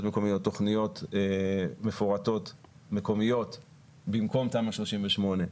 מקומיות תכניות מפורטות מקומיות במקום תמ"א 38,